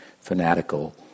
fanatical